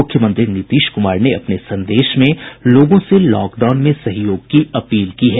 मुख्यमंत्री नीतीश कुमार ने अपने संदेश में लोगों से लॉक डाउन में सहयोग की अपील की है